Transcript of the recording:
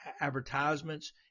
advertisements